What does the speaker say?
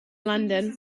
london